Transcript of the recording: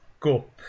Cool